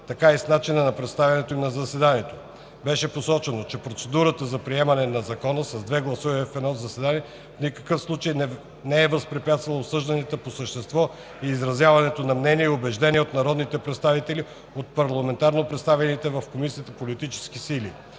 така и с начина на представянето им на заседанието. Беше посочено, че процедурата за приемане на Закона с две гласувания в едно заседание по никакъв начин не е възпрепятствала обсъжданията по същество и изразяването на мнения и убеждения на народните представители от парламентарно представените в